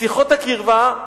שיחות הקרבה,